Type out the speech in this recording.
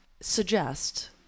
suggest